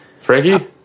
Frankie